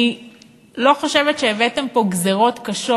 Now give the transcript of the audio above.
אני לא חושבת שהבאתם פה גזירות קשות